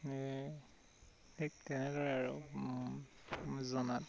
ঠিক তেনেদৰে আৰু জনাত